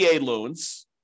loans